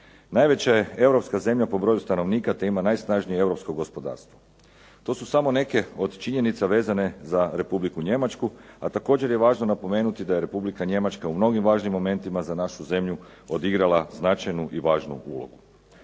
Najveća je europska zemlja po broju stanovnika te ima najsnažnije europsko gospodarstvo. To su samo neke od činjenica vezane uz Republiku Njemačku a također je važno napomenuti da je Republika Njemačka u mnogim važnim momentima za našu zemlju odigrala značajnu i važnu ulogu.